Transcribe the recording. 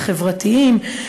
וחברתיים,